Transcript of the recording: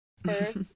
first